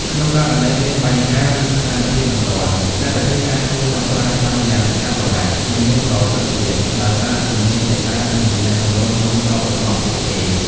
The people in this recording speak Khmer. ក្នុងករណីមាន បញ្ហា ឬស្ថានភាពបន្ទាន់ មគ្គុទ្ទេសក៍អាចជួយដោះស្រាយបានយ៉ាងឆាប់រហ័ស និងមានប្រសិទ្ធភាព ដោយសារជំនាញភាសា និងទំនាក់ទំនងក្នុងស្រុករបស់ពួកគេ។